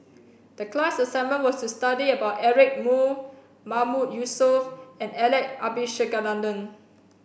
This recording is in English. the class assignment was to study about Eric Moo Mahmood Yusof and Alex Abisheganaden